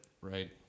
Right